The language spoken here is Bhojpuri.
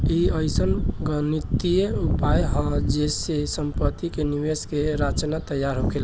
ई अइसन गणितीय उपाय हा जे से सम्पति के निवेश के रचना तैयार होखेला